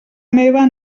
meva